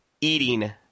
eating